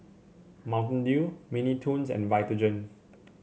Mountain Dew Mini Toons and Vitagen